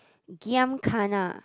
giam kena